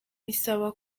bisaba